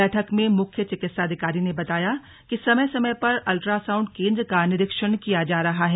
बैठक में मुख्य चिकित्साधिकारी ने बताया कि समय समय पर अल्ट्रासांउण्ड कोन्द्र का निरीक्षण किया जा रहा है